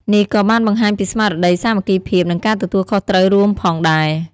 នេះក៏បានបង្ហាញពីស្មារតីសាមគ្គីភាព និងការទទួលខុសត្រូវរួមផងដែរ ។